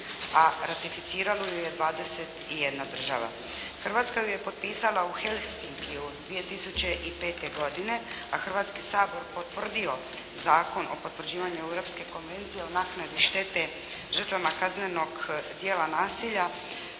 a ratificiralo ju je 21 država. Hrvatska ju je potpisala u Helsinkiju 2005. godine, a Hrvatski sabor potvrdio Zakon o potvrđivanju Europske konvencije o naknadi štete žrtvama kaznenog djela nasilja